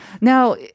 Now